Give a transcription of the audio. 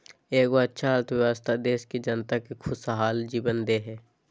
एगो अच्छा अर्थव्यवस्था देश के जनता के खुशहाल जीवन दे हइ